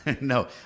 No